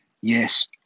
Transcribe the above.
yes